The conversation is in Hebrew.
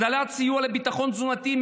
הגדלת סיוע לביטחון תזונתי,